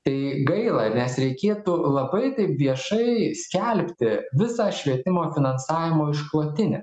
tai gaila nes reikėtų labai taip viešai skelbti visą švietimo finansavimo išklotinę